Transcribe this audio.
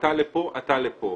אתה לפה, אתה לפה.